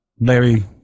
Larry